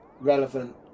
relevant